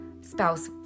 spouse